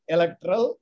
Electoral